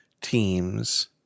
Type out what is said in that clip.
teams